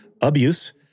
abuse